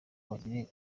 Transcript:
bagire